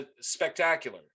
spectacular